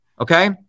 okay